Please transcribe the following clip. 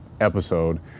episode